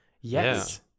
Yes